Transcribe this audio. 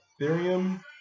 ethereum